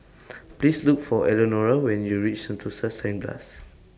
Please Look For Elnora when YOU REACH Sentosa Cineblast